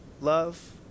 love